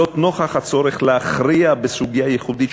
נוכח הצורך להכריע בסוגיה ייחודית,